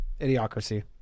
idiocracy